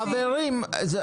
חברים,